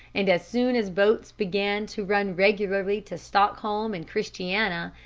and as soon as boats began to run regularly to stockholm and christiania,